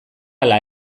ala